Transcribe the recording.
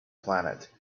planet